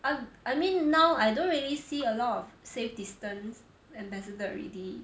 I I mean now I don't really see a lot of safe distance ambassador already